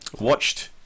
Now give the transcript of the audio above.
watched